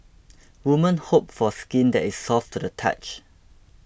women hope for skin that is soft to the touch